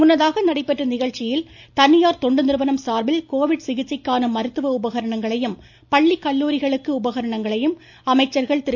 முன்னதாக நடைபெற்ற நிகழ்ச்சியில் தனியார் தொண்டு நிறுவனம் சார்பில் கோவிட் சிகிச்சைக்கான மருத்துவ உபகரணங்களையும் பள்ளி கல்லூரிகளுக்கு உபகரணங்களையும் அமைச்சர்கள் திரு